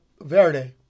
Verde